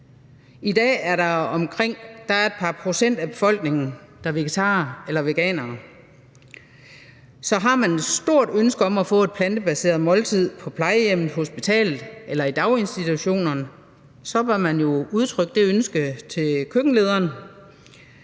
I dag er der et par procent af befolkningen, der er vegetarer eller veganere. Så har man et stort ønske om at få et plantebaseret måltid på plejehjemmet, hospitalet eller i daginstitutionen, bør man jo udtrykke det ønske til køkkenlederen.